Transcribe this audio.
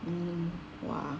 oo !wah!